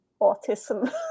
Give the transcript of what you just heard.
autism